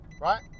right